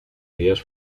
vías